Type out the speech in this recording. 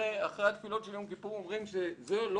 אחרי התפילות של יום כיפור אומרים שזה לא